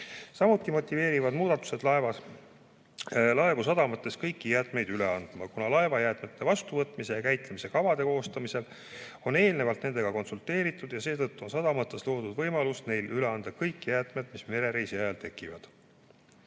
Samuti motiveerivad muudatused laevu sadamates kõiki jäätmeid üle andma, kuna laevajäätmete vastuvõtmise ja käitlemise kavade koostamisel on eelnevalt nendega konsulteeritud ja seetõttu on sadamates loodud võimalus üle anda kõik jäätmed, mis merereisi ajal tekivad.